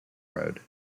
road